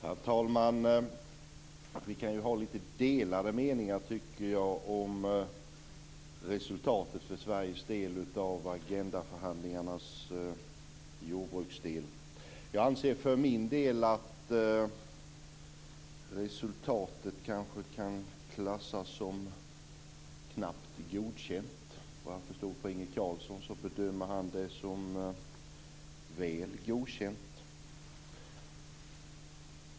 Herr talman! Vi kan ha lite delade meningar om resultatet för Sveriges del av Agendaförhandlingarnas jordbruksdel. Jag anser för min del att resultatet kanske kan klassas som knappt godkänt. Vad jag förstod på Inge Carlsson bedömer han det som väl godkänt.